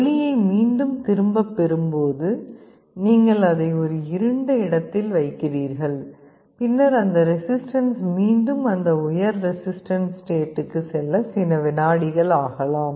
ஒளியை மீண்டும் திரும்பப் பெறும்போது நீங்கள் அதை ஒரு இருண்ட இடத்தில் வைக்கிறீர்கள் பின்னர் அந்த ரெசிஸ்டன்ஸ் மீண்டும் அந்த உயர் ரெசிஸ்டன்ஸ் ஸ்டேட்க்குச் செல்ல சில வினாடிகள் ஆகலாம்